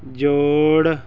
ਜੋੜ